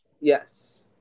Yes